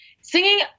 singing